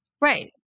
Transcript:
Right